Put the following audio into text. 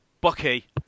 Bucky